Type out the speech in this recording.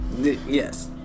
Yes